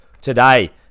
today